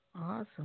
Awesome